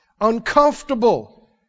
uncomfortable